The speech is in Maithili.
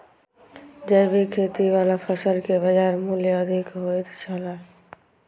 जैविक खेती वाला फसल के बाजार मूल्य अधिक होयत छला